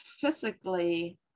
physically